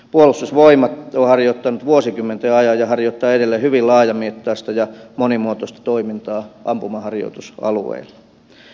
puolustusvoimat on harjoittanut vuosikymmenten ajan ja harjoittaa edelleen hyvin laajamittaista ja monimuotoista toimintaa ampumaharjoitusalueilla